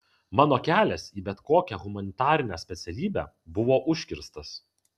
mano kelias į bet kokią humanitarinę specialybę buvo užkirstas